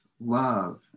love